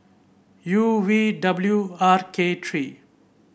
U V W R K three